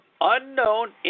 unknown